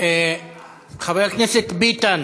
חבר הכנסת ביטן,